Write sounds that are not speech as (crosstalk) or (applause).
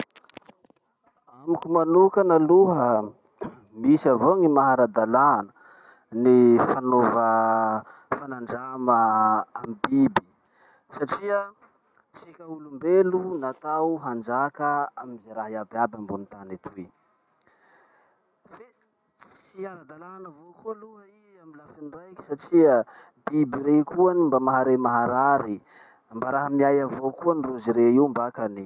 (noise) Amiko manokana aloha, (noise) misy avao gny magnaradalà ny fanova fanandrama amy biby satria tsika olombelo natao hanjaka amy ze raha iaby iaby ambony tany etoy. Fe tsy ara-dalana avao koa aloha i amy lafiny raiky satria biby rey koa any mba mahare maharary, mba raha miay avao koa any rozy rey io mbakany.